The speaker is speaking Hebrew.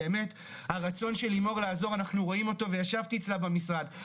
באמת הרצון של לימור לעזור אנחנו רואים אותו וישבתי אצלה במשרד,